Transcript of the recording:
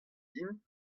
din